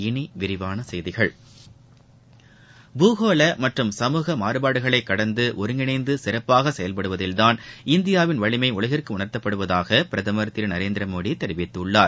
இனி விரிவான செய்திகள் பூகோள மற்றும் சமூக மாறுபாடுகளைக் கடந்து ஒருங்கிணைந்து சிறப்பாக செயல்படுவதில்தான் இந்தியாவின் வலினம உலகிற்கு உணர்த்தப்படுவதாக பிரதமர் திரு நரேந்திரமோடி தெரிவித்துள்ளார்